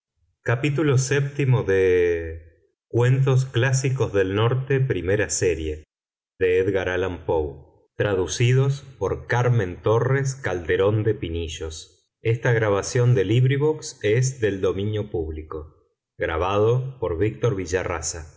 gutenberg orglicense title cuentos clásicos del norte primera serie author edgar allan poe translator carmen torres calderón de pinillos